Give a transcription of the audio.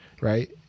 right